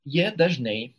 jie dažnai